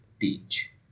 teach